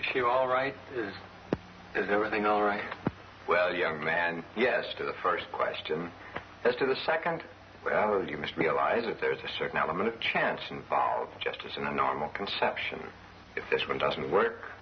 issue all right is everything all right well young man yes to the first question as to the second you must realize that there's a certain element of chance involved justice and i know i'm a conception if this one doesn't work